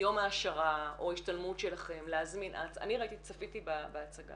6,000 נמצאים אצלנו כי הם נשרו מבתי הספר והם לומדים